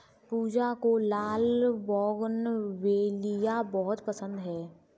पूजा को लाल बोगनवेलिया बहुत पसंद है